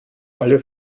alle